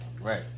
Right